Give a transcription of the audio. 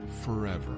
forever